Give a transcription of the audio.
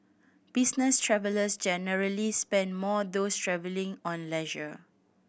business travellers generally spend more those travelling on leisure